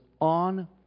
on